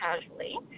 casually